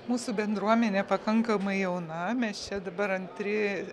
mūsų bendruomenė pakankamai jauna mes čia dabar antri